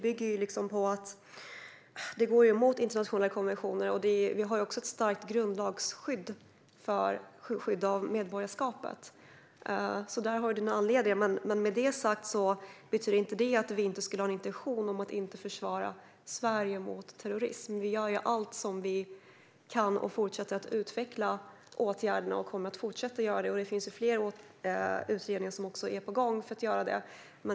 Det går emot internationella konventioner, och vi har också ett starkt grundlagsskydd för medborgarskapet. Där har vi anledningen. Men detta betyder inte att vi inte skulle ha en intention om att försvara Sverige mot terrorism. Vi gör allt vi kan, och vi fortsätter att utveckla åtgärderna. Det finns fler utredningar på gång för att göra detta.